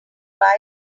bite